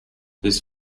his